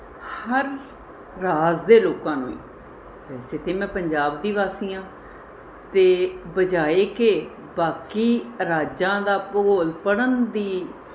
ਹਰ ਰਾਜ ਦੇ ਲੋਕਾਂ ਨੂੰ ਵੈਸੇ ਤਾਂ ਮੈਂ ਪੰਜਾਬ ਦੀ ਵਾਸੀ ਹਾਂ ਅਤੇ ਬਜਾਏ ਕਿ ਬਾਕੀ ਰਾਜਾਂ ਦਾ ਭੂਗੋਲ ਪੜ੍ਹਨ ਦੀ